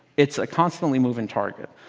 it's a constantly moving target.